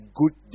good